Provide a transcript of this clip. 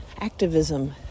activism